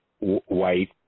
white